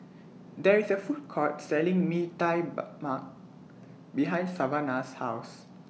There IS A Food Court Selling Mee Tai Mak behind Savanah's House